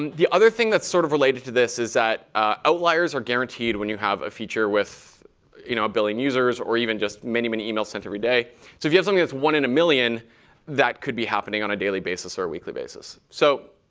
and the other thing that's sort of related to this is that outliers are guaranteed when you have a feature with you know a billion users or even just many, many emails sent every day. so if you have something that's one in a million that could be happening on a daily basis or a weekly basis. so